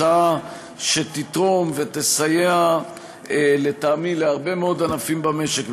הצעה שתתרום ותסייע לטעמי להרבה מאוד ענפים במשק,